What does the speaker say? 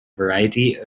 variety